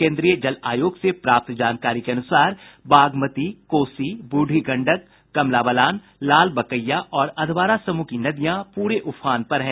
केन्द्रीय जल आयोग से प्राप्त जानकरी के अनुसार बागमती कोसी बूढ़ी गंडक कमला बलान लालबकैया और अधवारा समूह की नदियां प्रे उफान पर हैं